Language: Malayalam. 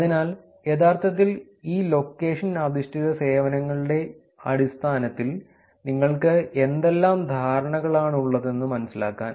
അതിനാൽ യഥാർത്ഥത്തിൽ ഈ ലൊക്കേഷൻ അധിഷ്ഠിത സേവനങ്ങളുടെ അടിസ്ഥാനത്തിൽ നിങ്ങൾക്ക് എന്തെല്ലാം ധാരണകളാണുള്ളതെന്ന് മനസിലാക്കാൻ